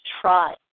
try